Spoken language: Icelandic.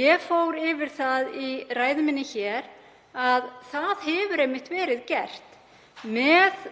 Ég fór yfir það í ræðu minni að það hefur einmitt verið gert. Með